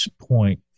point